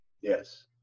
Yes